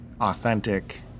authentic